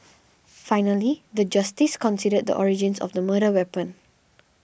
finally the justice considered the origins of the murder weapon